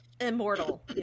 immortal